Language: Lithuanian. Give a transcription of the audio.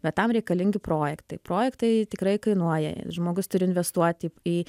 bet tam reikalingi projektai projektai tikrai kainuoja žmogus turi investuoti į